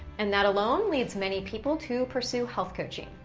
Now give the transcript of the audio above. and that alone, leads many people to pursue health coaching.